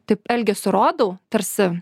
taip elgesiu rodau tarsi